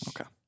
Okay